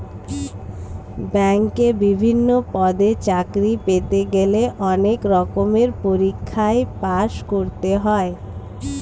ব্যাংকে বিভিন্ন পদে চাকরি পেতে গেলে অনেক রকমের পরীক্ষায় পাশ করতে হয়